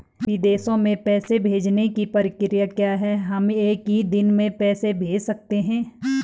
विदेशों में पैसे भेजने की प्रक्रिया क्या है हम एक ही दिन में पैसे भेज सकते हैं?